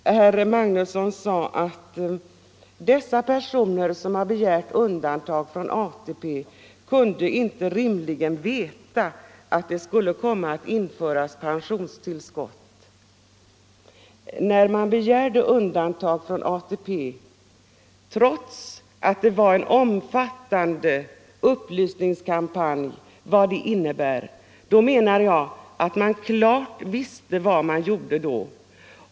Herr Magnusson sade att de personer som har begärt undantag från ATP inte rimligen kunde veta att det skulle komma att införas pensionstillskott. När man begärde undantag från ATP, trots att det var en omfattande upplysningskampanj om vad det innebar, menar jag att man klart visste vad man gjorde då.